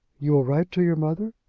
you will write to your mother?